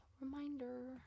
reminder